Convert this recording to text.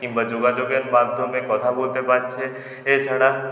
কিংবা যোগাযোগের মাধ্যমে কথা বলতে পারছে এছাড়া